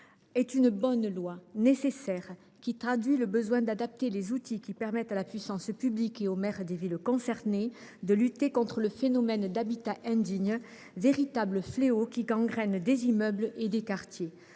est une bonne loi, nécessaire. Il traduit le besoin d’adapter les outils permettant à la puissance publique et aux maires des villes concernées de lutter contre le phénomène de l’habitat indigne, véritable fléau qui gangrène des immeubles et des quartiers.